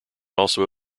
also